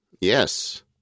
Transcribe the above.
Yes